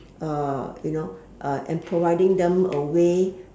you know and providing them a way